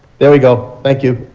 there you go. thank you?